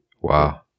Wow